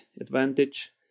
advantage